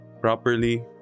properly